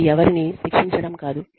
ఇది ఎవరినీ శిక్షించడం కాదు